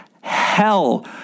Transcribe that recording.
hell